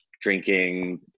drinking